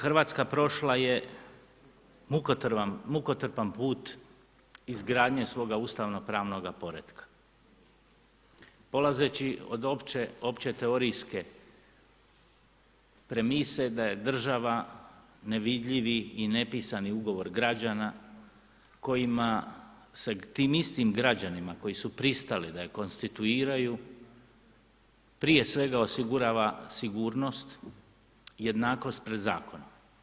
Republika Hrvatska prošla je mukotrpan put izgradnje svoga ustavnopravnog poretka polazeći od opće teorijske premise da je država nevidljivi i nepisani ugovor građana kojima se tim istim građanima koji su pristali da ju konstituiraju prije svega osigurava sigurnost, jednakost pred zakonom.